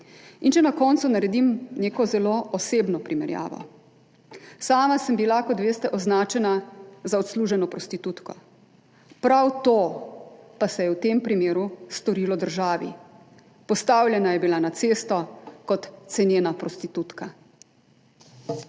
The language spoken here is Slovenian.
In če na koncu naredim neko zelo osebno primerjavo, sama sem bila, kot veste, označena za odsluženo prostitutko, prav to pa se je v tem primeru storilo državi, postavljena je bila na cesto kot cenena prostitutka.